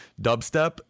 dubstep